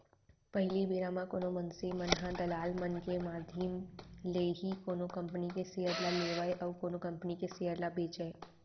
पहिली बेरा म कोनो मनसे मन ह दलाल मन के माधियम ले ही कोनो कंपनी के सेयर ल लेवय अउ कोनो कंपनी के सेयर ल बेंचय